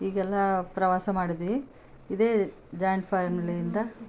ಈಗೆಲ್ಲ ಪ್ರವಾಸ ಮಾಡಿದ್ವಿ ಇದೇ ಜಾಯಿಂಟ್ ಫ್ಯಾಮಿಲಿ ಇಂದ